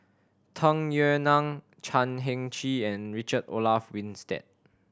Tung Yue Nang Chan Heng Chee and Richard Olaf Winstedt